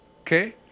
Okay